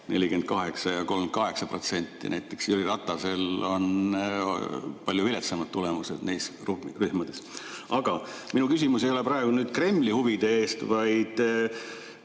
48% ja 38%. Näiteks Jüri Ratasel on palju viletsamad tulemused neis rühmades. Aga minu küsimus ei ole praegu Kremli huvide kohta, vaid